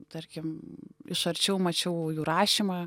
tarkim iš arčiau mačiau jų rašymą